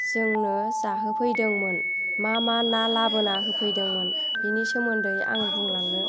जोंनो जाहोफैदोंमोन मा मा ना लाबोना होफैदोंमोन बेनि सोमोन्दै आं बुंलांनोसै